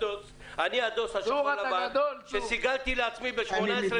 אני הדוס השחור-לבן שסיגלתי לעצמי ב-18 השנים